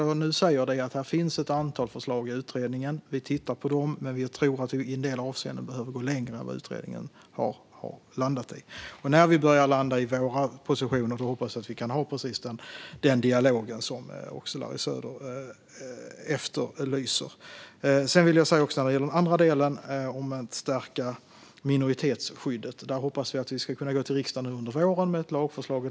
I utredningen finns som sagt ett antal förslag. Vi tittar på dem, men vi tror att vi i en del avseenden behöver gå längre än vad utredningen har landat i. När vi själva har börjat landa i egna positioner hoppas jag att vi kan ha den dialog som även Larry Söder efterlyser. Vad gäller den andra delen - att stärka minoritetsskyddet - hoppas vi att vi under våren kan komma till riksdagen med ett lagförslag.